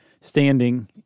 standing